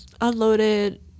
unloaded